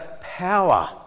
power